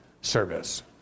service